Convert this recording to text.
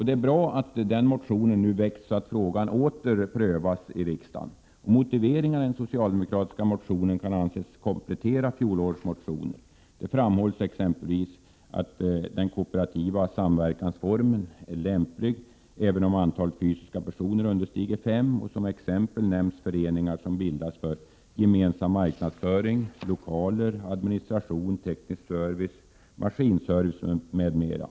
Det är bra att denna motion har väckts, så att frågan nu åter får prövas i riksdagen. Motiveringarna i den socialdemokratiska motionen kan anses komplettera fjolårets motioner. Det framhålls exempelvis att den kooperativa samverkansformen är lämplig, även om antalet fysiska personer understiger fem. Som exempel nämns föreningar som bildats för gemensamt utnyttjande av marknadsföring, lokaler, administration, teknisk service, maskinservice m.m.